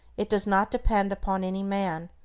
it does not depend upon any man,